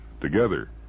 together